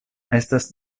estas